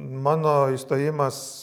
mano įstojimas